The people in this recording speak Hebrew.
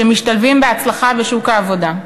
שמשתלבים בהצלחה בשוק העבודה.